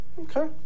Okay